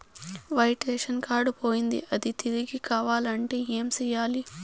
white ration card పోయింది అది తిరిగి కావాలంటే ఏం సేయాలి